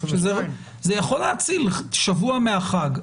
זה יכול להציל שבוע מהחג.